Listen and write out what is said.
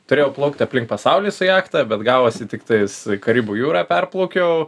turėjau plaukti aplink pasaulį su jachta bet gavosi tiktai karibų jūrą perplaukiau